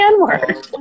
N-word